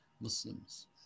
Muslims